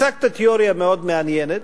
הצגת תיאוריה מעניינת,